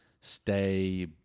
stay